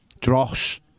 dross